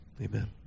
Amen